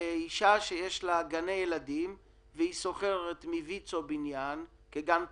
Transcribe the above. אישה שיש לה גני ילדים והיא שוכרת בניין מויצ"ו כגן פרטי.